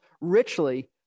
richly